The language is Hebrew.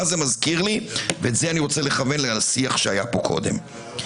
זה מזכיר לי את השיח שהיה פה קודם.